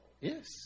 Yes